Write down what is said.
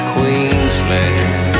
Queensland